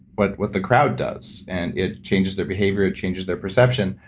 what what the crowd does and it changes their behavior, it changes their perception.